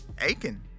Aiken